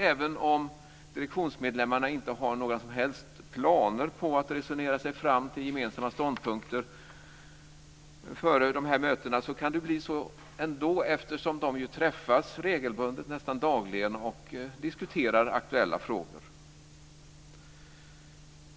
Även om direktionsmedlemmarna inte har några som helst planer på att resonera sig fram till gemensamma ståndpunkter före de här mötena så kan det bli så ändå, eftersom de träffas regelbundet, nästan dagligen, och diskuterar aktuella frågor.